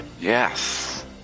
Yes